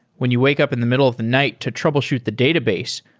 when you wake up in the middle of the night to troubleshoot the database,